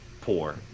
poor